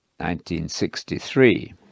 1963